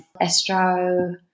astro